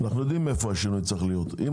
אנחנו יודעים היכן צריך להיות השינוי.